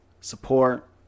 support